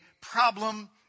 problem